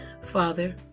Father